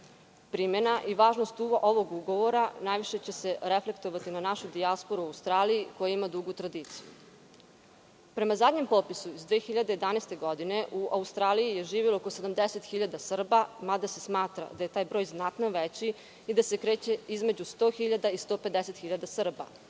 godine. Primena i važnost ovog ugovora najviše će se reflektovati na našu dijasporu u Australiji koja ima dugu tradiciju. Prema zadnjem popisu iz 2011. godine, u Australiji živi oko 70.000 Srba, mada se smatra da je taj broj znatno veći i da se kreće između 100 i 150 hiljada